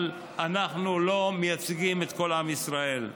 אבל אנחנו לא מייצגים את כל עם ישראל.